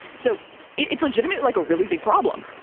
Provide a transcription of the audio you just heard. so it's legitimate, like a really big problem.